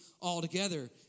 altogether